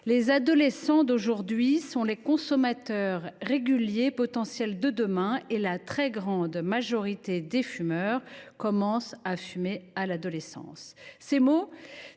les adolescents d’aujourd’hui sont les consommateurs réguliers potentiels de demain et la très grande majorité des fumeurs commence à fumer à l’adolescence. » Ces mots,